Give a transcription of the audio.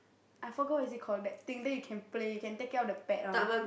I forgot what is it call that thing then you can play you can take it out of the pet one